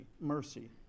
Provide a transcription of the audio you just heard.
mercy